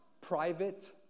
private